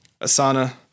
Asana